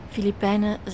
Filipijnen